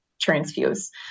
transfuse